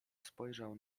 spojrzał